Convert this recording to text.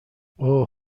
اوه